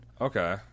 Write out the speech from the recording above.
okay